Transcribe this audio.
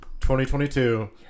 2022